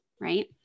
right